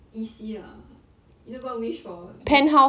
E_C ah you not gonna wish for a bis~